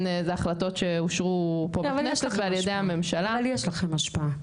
זה החלטות שאושרו פה בכנסת ועל ידי הממשלה --- אבל יש לכם השפעה,